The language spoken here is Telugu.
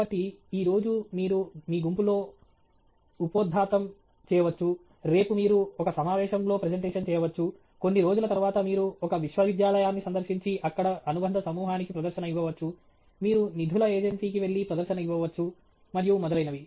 కాబట్టి ఈ రోజు మీరు మీ గుంపులో ఉపోద్ఘాతం చేయవచ్చు రేపు మీరు ఒక సమావేశం లో ప్రెజెంటేషన్ చేయవచ్చు కొన్ని రోజుల తరువాత మీరు ఒక విశ్వవిద్యాలయాన్ని సందర్శించి అక్కడ అనుబంధ సమూహానికి ప్రదర్శన ఇవ్వవచ్చు మీరు నిధుల ఏజెన్సీకి వెళ్లి ప్రదర్శన ఇవ్వవచ్చు మరియు మొదలైనవి